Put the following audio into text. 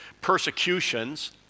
persecutions